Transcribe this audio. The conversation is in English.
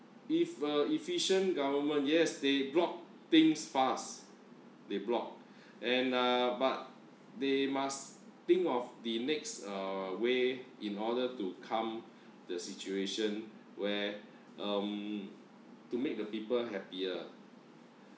if a efficient government yes they blocked things fast they block and uh but they must think of the next uh way in order to calm the situation where um to make the people happier